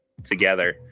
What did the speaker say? Together